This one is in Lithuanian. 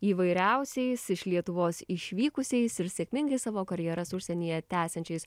įvairiausiais iš lietuvos išvykusiais ir sėkmingai savo karjeras užsienyje tęsiančiais